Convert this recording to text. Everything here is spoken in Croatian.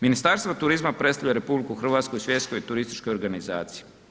Ministarstvo turizma predstavlja RH Svjetskoj turističkoj organizaciji.